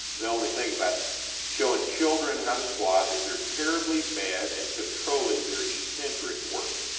the only thing about showing children how to squat is theyre terribly bad at controlling their eccentric work,